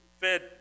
fed